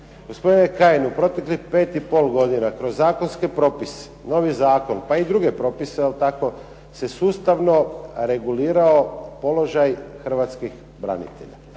Gospodine Kajin u proteklih 5,5 godina, kroz zakonske propise, novi Zakon, pa i druge propise se sustavno regulirao položaj Hrvatskih branitelja.